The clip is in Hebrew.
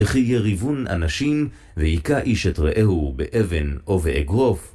וכי יריבון אנשים, והיכה איש את רעהו באבן או באגרוף.